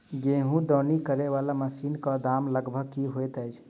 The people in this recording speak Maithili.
गेंहूँ दौनी करै वला मशीन कऽ दाम लगभग की होइत अछि?